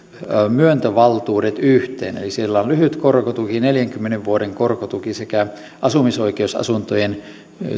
myöntövaltuudet yhteen eli siellä on lyhyt korkotuki neljänkymmenen vuoden korkotuki sekä asumisoikeusasuntojen